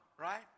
Right